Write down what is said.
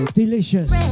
delicious